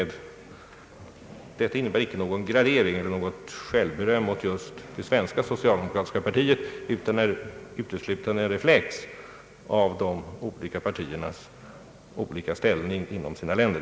Detta innebär icke någon gradering eller något självberöm åt just det svenska socialdemokratiska partiet utan är uteslutande en reflex av de olika partiernas olika ställning inom sina länder.